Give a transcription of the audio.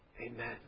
Amen